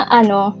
ano